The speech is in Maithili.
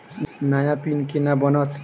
नया पिन केना बनत?